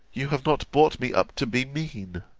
you have not brought me up to be mean.